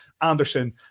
Anderson